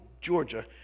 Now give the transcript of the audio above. Georgia